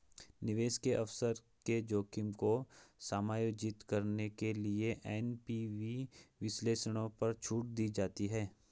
निवेश के अवसर के जोखिम को समायोजित करने के लिए एन.पी.वी विश्लेषणों पर छूट दी जाती है